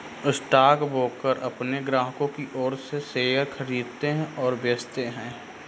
stockbroker अपने ग्राहकों की ओर से शेयर खरीदते हैं और बेचते हैं